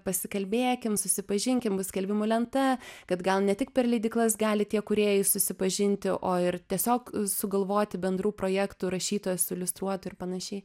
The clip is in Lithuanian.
pasikalbėkim susipažinkim bus skelbimų lenta kad gal ne tik per leidyklas gali tie kūrėjai susipažinti o ir tiesiog sugalvoti bendrų projektų rašytojas su iliustruotu ir panašiai